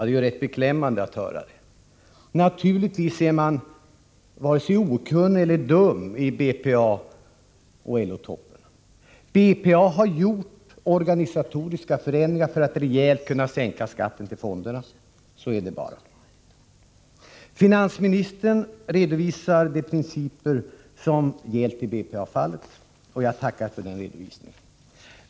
Det är rätt beklämmande att höra det. Naturligtvis är man vare sig okunnig eller dum i BPA och LO-toppen. BPA har gjort organisatoriska förändringar för att rejält kunna sänka skatten till fonderna — så är det bara. Finansministern redovisar de principer som gällt i BPA-fallet. Jag tackar för den redovisningen.